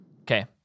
Okay